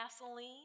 gasoline